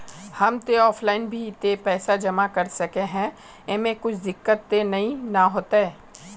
हम ते ऑफलाइन भी ते पैसा जमा कर सके है ऐमे कुछ दिक्कत ते नय न होते?